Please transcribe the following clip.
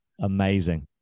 Amazing